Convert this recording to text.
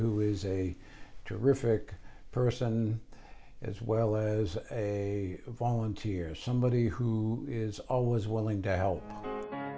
who is a terrific person as well as a volunteer somebody who is always willing to help